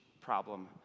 problem